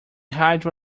hydro